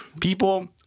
People –